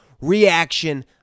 Reaction